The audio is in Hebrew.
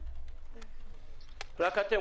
רק אתם,